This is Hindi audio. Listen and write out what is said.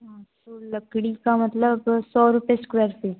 हाँ तो लकड़ी का मतलब सौ रुपए इस्क्वयर फ़ीट